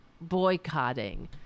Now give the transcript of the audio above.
boycotting